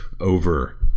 over